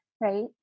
right